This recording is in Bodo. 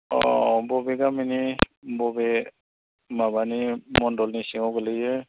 अ बबे गामिनि बबे माबानि मन्दलनि सिङाव गोलैयो